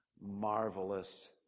marvelous